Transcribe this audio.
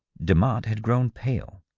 demotte had grown pale.